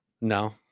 No